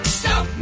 stop